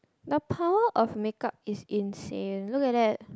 the power of makeup is insane look at that